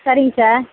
சரிங்க சார்